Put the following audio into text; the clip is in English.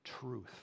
truth